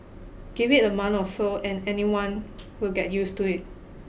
give it a month or so and anyone will get used to it